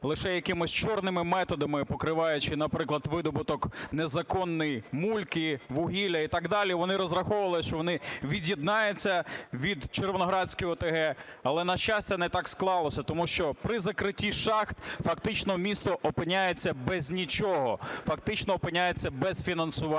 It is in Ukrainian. лише якимись чорними методами, покриваючи, наприклад, видобуток незаконний "мульки", вугілля і так далі, вони розраховували, що вони від'єднаються від Червоноградської ОТГ. Але, на щастя, не так склалося, тому що при закритті шахт фактично місто опиняється без нічого, фактично опиняється без фінансування.